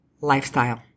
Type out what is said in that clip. lifestyle